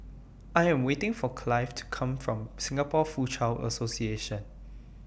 I Am waiting For Clive to Come from Singapore Foochow Association